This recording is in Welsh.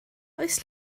oes